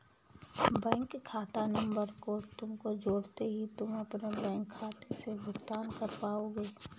bank खाता number को जोड़ते ही तुम अपने बैंक खाते से भुगतान कर पाओगे